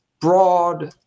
broad